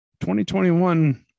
2021